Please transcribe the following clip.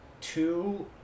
two